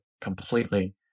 completely